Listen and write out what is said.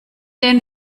den